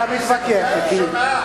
אתה מתווכח אתי.